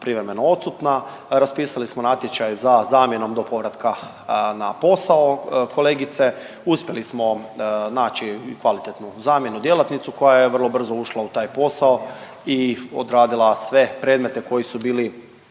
privremeno odsutna, raspisali smo natječaj za zamjenom do povratka na posao kolegice, uspjeli smo naći kvalitetnu zamjenu djelatnicu koja je vrlo brzo ušla u taj posao i odradila sve predmete koji su bili,